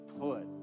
put